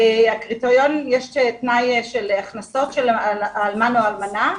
יש תנאי של הכנסות של האלמן או האלמנה.